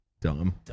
dumb